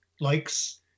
likes